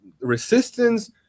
resistance